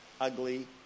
ugly